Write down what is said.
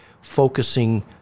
focusing